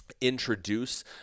introduce